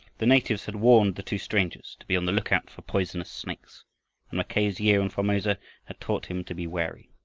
the natives had warned the two strangers to be on the lookout for poisonous snakes, and mackay's year in formosa had taught him to be wary.